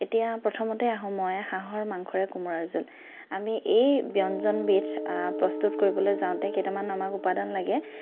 এতিয়া প্ৰথমতে আহো মই হাঁহৰ মাংসৰে কোমোৰা জোল আমি এই ব্য়ঞ্জনবিধ প্ৰস্তুত কৰিবলৈ যাওঁতে কেইটামান আমাক উপাদান লাগে